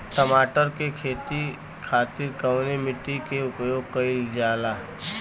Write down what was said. टमाटर क खेती खातिर कवने मिट्टी के उपयोग कइलजाला?